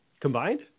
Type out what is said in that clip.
Combined